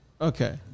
Okay